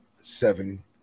seven